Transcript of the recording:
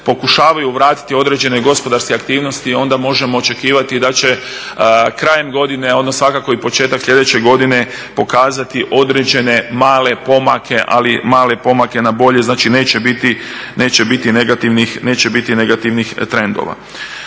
pokušavaju vratiti određene gospodarske aktivnosti, onda možemo očekivati da će krajem godine, onda svakako i početak sljedeće godine pokazati određene male pomake, ali male pomake nabolje. Znači neće biti negativnih trendova.